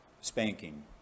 spanking